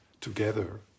together